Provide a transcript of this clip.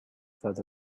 thought